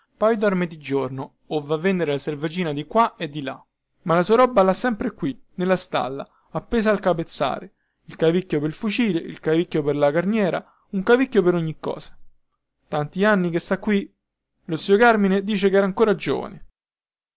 poi dorme di giorno o va a vendere la selvaggina di qua e di là ma la sua roba lha sempre qui nella stalla appesa al capezzale il cavicchio pel fucile il cavicchio per la carniera per un cavicchio ogni cosa tanti anni che sta qui lo zio carmine dice chera ancora giovane